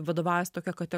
vadovaujasi tokia kate